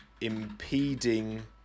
impeding